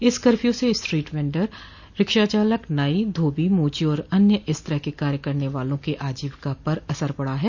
इस कर्फ्यू से street vendor रिक्शाचालक नाई धोबी मोची और अन्य इस तरह के कार्य करने वालों के आजीविका पर असर पड़ा है